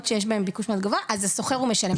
שיש בהם ביקוש מאוד גבוה אז השוכר הוא משלם.